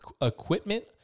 equipment